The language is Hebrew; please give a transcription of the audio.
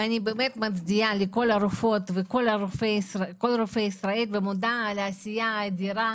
אני באמת מצדיעה לכל רופאות ורופאי ישראל ומודה על העשייה האדירה